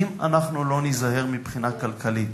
אם אנחנו לא ניזהר מבחינה כלכלית